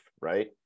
Right